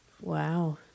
Wow